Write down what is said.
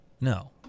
No